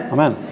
Amen